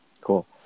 Cool